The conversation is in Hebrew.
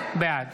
בעד